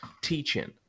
teaching